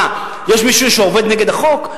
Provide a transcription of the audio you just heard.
מה, יש מישהו שעובד נגד החוק?